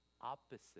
opposite